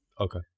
Okay